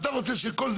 אתה צודק.